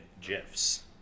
GIFs